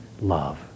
love